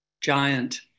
giant